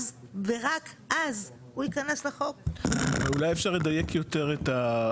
צריך גם להדגיש שהמספרים,